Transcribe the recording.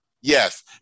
Yes